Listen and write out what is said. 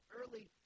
early